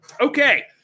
Okay